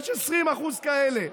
יש 20% כאלה,